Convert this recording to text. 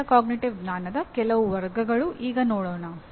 metacognitive ಜ್ಞಾನದ ಕೆಲವು ವರ್ಗಗಳನ್ನು ಈಗ ನೋಡೋಣ